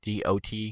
dot